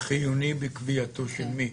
חיוני בקביעתו של מי?